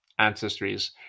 ancestries